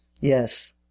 Yes